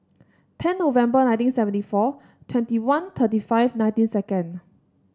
ten November nineteen seventy four twenty one thirty five nineteen second